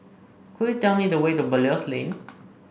could you tell me the way to Belilios Lane